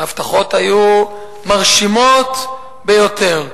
ההבטחות היו מרשימות ביותר.